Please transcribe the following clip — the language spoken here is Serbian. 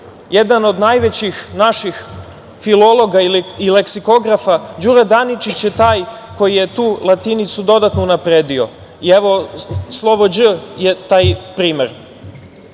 jedan od najvećih naših filologa i leksikografa, taj koji je tu latinicu dodatno unapredio. Evo, slovo „Đ“ je taj primer.